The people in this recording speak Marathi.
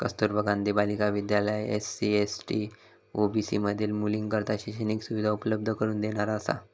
कस्तुरबा गांधी बालिका विद्यालय एस.सी, एस.टी, ओ.बी.सी मधील मुलींकरता शैक्षणिक सुविधा उपलब्ध करून देणारा असा